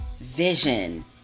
vision